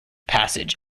passage